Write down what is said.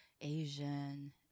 Asian